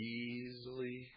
easily